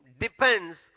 depends